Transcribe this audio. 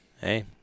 Hey